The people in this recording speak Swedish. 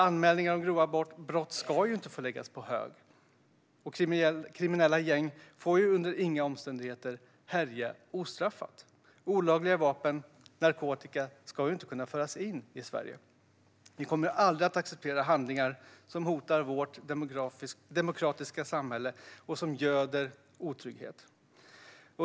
Anmälningar om grova brott ska inte få läggas på hög. Kriminella gäng får under inga omständigheter härja ostraffat. Olagliga vapen och narkotika ska inte kunna föras in i Sverige. Vi kommer aldrig att acceptera handlingar som hotar vårt demokratiska samhälle och som göder otrygghet.